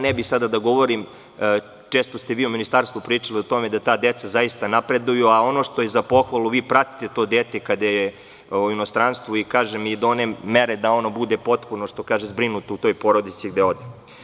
Ne bih sada da govorim, često ste vi u Ministarstvu pričali o tome da ta deca zaista napreduju, a ono što je za pohvalu, vi pratite to dete kada je u inostranstvu i do one mere da ono bude potpuno zbrinuto u toj porodici gde ode.